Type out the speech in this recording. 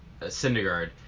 Syndergaard